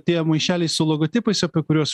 tie maišeliai su logotipais apie kuriuos